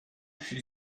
she